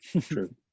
True